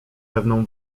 pewną